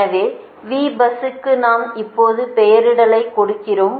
எனவே Vbus க்கு நாம் இப்போது பெயரிடலை கொடுக்கிறோம்